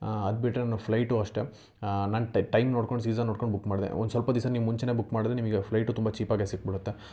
ಅದು ಬಿಟ್ಟರೆ ನಾನು ಫ್ಲೈಟೂ ಅಷ್ಟೆ ನಾನು ಟೈಮ್ ನೋಡ್ಕೊಂಡು ಸೀಸನ್ ನೋಡ್ಕೊಂಡು ಬುಕ್ ಮಾಡಿದೆ ಒಂದು ಸ್ವಲ್ಪ ದಿವ್ಸ ನೀವು ಮುಂಚೆನೆ ಬುಕ್ ಮಾಡಿದ್ರೆ ನಿಮಗೆ ಫ್ಲೈಟೂ ತುಂಬ ಚೀಪಾಗೆ ಸಿಕ್ಬಿಡುತ್ತೆ